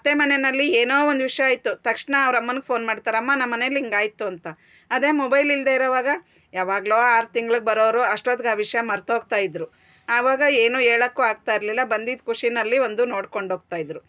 ಅತ್ತೆ ಮನೆನಲ್ಲಿ ಏನೋ ಒಂದು ವಿಷ್ಯ ಆಯ್ತು ತಕ್ಷ್ಣ ಅವ್ರ ಅಮ್ಮಂಗೆ ಫೋನ್ ಮಾಡ್ತಾರೆ ಅಮ್ಮ ನಮ್ಮ ಮನೆಲ್ಲಿ ಹಿಂಗಾಯ್ತು ಅಂತ ಅದೇ ಮೊಬೈಲ್ ಇಲ್ದೆ ಇರುವಾಗ ಯಾವಾಗ್ಲೋ ಆರು ತಿಂಗ್ಳಗೆ ಬರೋರು ಅಷ್ಟು ಹೊತ್ತಿಗೆ ಆ ವಿಷ್ಯ ಮರ್ತ್ ಹೋಗ್ತಾ ಇದ್ರು ಅವಾಗ ಏನು ಹೇಳೋಕ್ಕು ಆಗ್ತಾ ಇರ್ಲಿಲ್ಲ ಬಂದಿದ್ದ ಖುಷಿಯಲ್ಲಿ ಒಂದು ನೋಡ್ಕೊಂಡೋಗ್ತಾ ಇದ್ರು